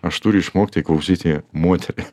aš turiu išmokti klausyti moterį